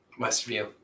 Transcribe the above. Westview